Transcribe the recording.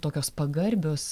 tokios pagarbios